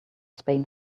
spain